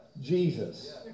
Jesus